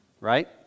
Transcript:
right